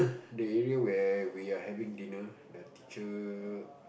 the area where we are having dinner the teacher